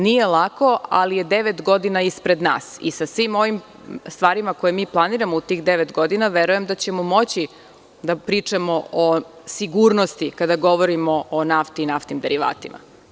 Nije lako, ali devet godina je ispred nas i sa svim ovim stvarima, koje mi planiramo u tih devet godina, verujem da ćemo moći da pričamo o sigurnosti, kada govorimo o nafti i naftnim derivatima.